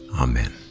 Amen